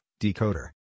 Decoder